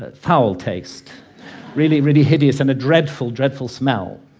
ah foul taste really, really hideous and a dreadful, dreadful smell,